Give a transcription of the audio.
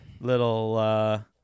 little